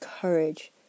courage